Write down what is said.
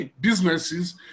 businesses